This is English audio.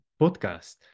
podcast